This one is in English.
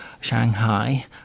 Shanghai